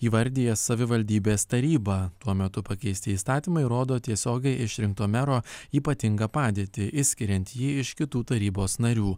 įvardija savivaldybės tarybą tuo metu pakeisti įstatymai rodo tiesiogiai išrinkto mero ypatingą padėtį išskiriant jį iš kitų tarybos narių